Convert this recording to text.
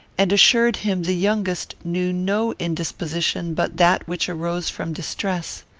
and assured him the youngest knew no indisposition but that which arose from distress.